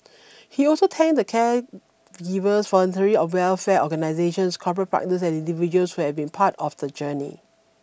he also thanked the caregivers voluntary a welfare organizations corporate partners and individuals who have been part of the journey